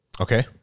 okay